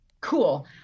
Cool